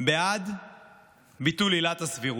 בעד ביטול עילת הסבירות.